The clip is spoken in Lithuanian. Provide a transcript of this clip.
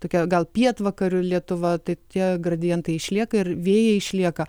tokia gal pietvakarių lietuva tai tie gradientai išlieka ir vėjai išlieka